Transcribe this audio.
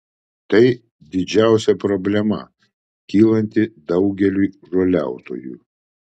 tai didžiausia problema kylanti daugeliui žoliautojų